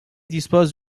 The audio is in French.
dispose